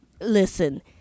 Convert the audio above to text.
listen